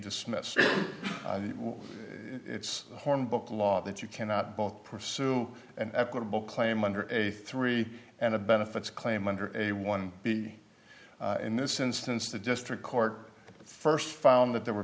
dismissed it's hornbook law that you cannot both pursue an equitable claim under a three and a benefits claim under a one b in this instance the district court st found that there were